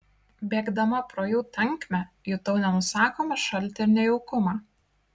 bėgdama pro jų tankmę jutau nenusakomą šaltį ir nejaukumą